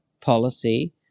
policy